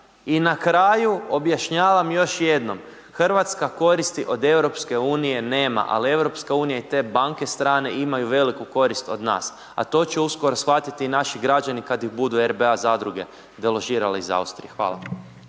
I na kraju, objašnjavam još jednom. Hrvatska koristi od EU nema, ali EU i te banke strane imaju veliku korist od nas. A to će uskoro shvatiti i naši građani kad ih budu RBA zadruge deložirale iz Austrije. Hvala.